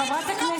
בבקשה, חברת הכנסת.